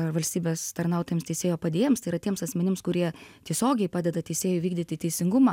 ar valstybės tarnautojams teisėjo padėjėjams tai yra tiems asmenims kurie tiesiogiai padeda teisėjui vykdyti teisingumą